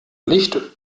licht